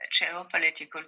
geopolitical